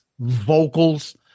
vocals